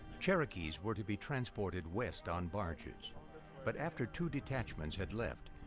cherokees were to be transported west on barges but after two detachments had left,